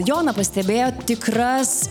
joną pastebėjo tikras